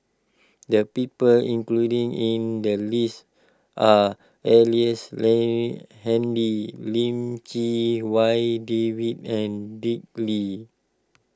the people including in the list are Ellice Handy Lim Chee Wai David and Dick Lee